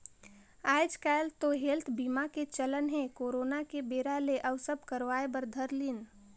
आएज काएल तो हेल्थ बीमा के चलन हे करोना के बेरा ले अउ सब करवाय बर धर लिन